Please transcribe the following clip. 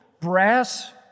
brass